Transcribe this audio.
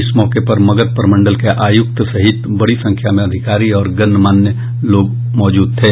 इस मौके पर मगध प्रमंडल के आयुक्त सहित बड़ी संख्या में अधिकारी और गणमान्य लोग मौजूद थे